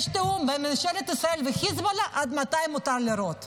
יש תיאום בין ממשלת ישראל וחיזבאללה עד איפה מותר לירות,